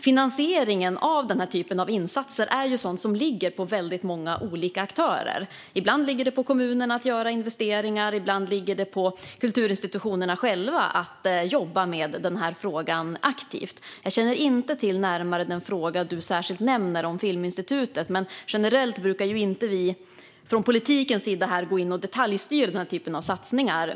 Finansieringen av den här typen av insatser ligger på väldigt många olika aktörer. Ibland ligger det på kommunerna att göra investeringar. Ibland ligger det på kulturinstitutionerna själva att jobba med den här frågan aktivt. Jag känner inte närmare till den särskilda fråga om Filminstitutet som Lotta Finstorp nämner. Generellt brukar vi inte från politikens sida gå in och detaljstyra den typen av satsningar.